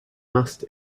must